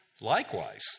Likewise